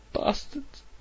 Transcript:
Bastards